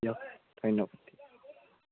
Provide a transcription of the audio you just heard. দিয়ক ধন্যবাদ